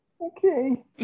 Okay